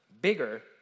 bigger